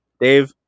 Dave